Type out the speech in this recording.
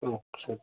okay जी